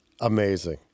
amazing